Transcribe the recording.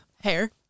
Hair